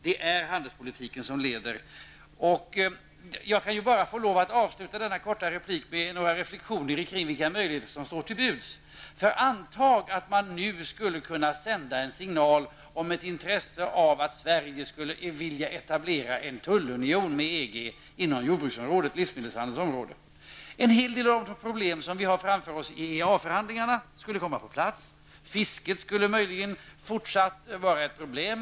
Det är handelspolitiken som är ledande. Sedan helt kort några reflexioner när det gäller de möjligheter som står till till buds i det här sammanhanget. Antag att en signal skulle sändas om ett intresse för att Sverige etablerar en tullunion med EG inom jordbruksområdet, livsmedelshandelns område. När det gäller en hel del av de problem som vi har framför oss i EEA förhandlingarna skulle bitarna komma på sin plats. Fisket skulle möjligen även i fortsättningen vara ett problem.